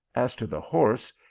as to the horse,